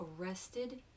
arrested